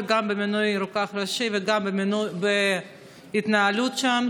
גם במינוי רוקח ראשי וגם בהתנהלות שם,